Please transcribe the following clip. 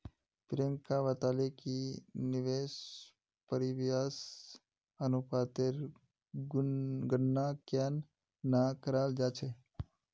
प्रियंका बताले कि निवेश परिव्यास अनुपातेर गणना केन न कराल जा छेक